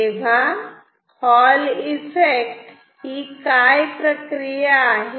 तेव्हा ही काय प्रक्रिया आहे